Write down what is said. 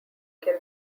can